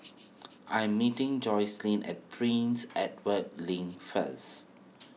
I am meeting Jocelynn at Prince Edward Link first